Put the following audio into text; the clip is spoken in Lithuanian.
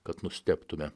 kad nustebtume